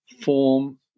form